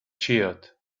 cheered